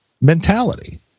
mentality